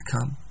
come